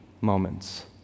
moments